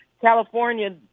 California